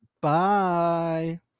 Bye